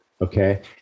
okay